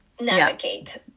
navigate